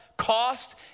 Cost